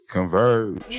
Converge